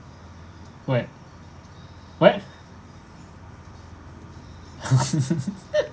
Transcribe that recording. what what